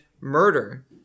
murder